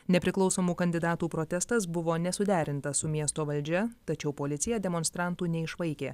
nepriklausomų kandidatų protestas buvo nesuderintas su miesto valdžia tačiau policija demonstrantų neišvaikė